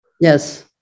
Yes